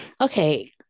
Okay